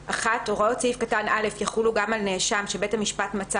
(ג)(1)הוראות סעיף קטן (א) יחולו גם על נאשם שבית המשפט מצא